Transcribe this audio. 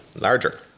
larger